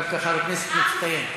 דווקא חבר כנסת מצטיין.